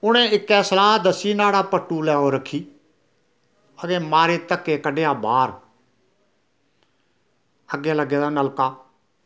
उ'नें इक्कै सलाह् दस्सी नाह्ड़ा पट्टु लैओ रक्खी ते मारे धक्के कड्ढेआ बाह्र अग्गें लग्गे दा नलका